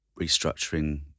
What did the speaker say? restructuring